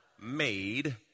Made